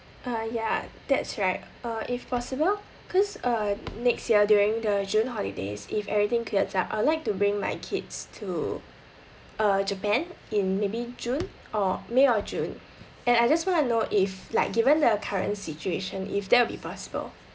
uh ya that's right uh if possible cause uh next year during the june holidays if everything clears up I'd like to bring my kids to uh japan in maybe june or may or june and I just want to know if like given the current situation if that'll be possible